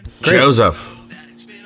Joseph